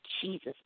Jesus